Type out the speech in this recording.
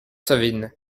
savine